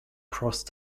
crossed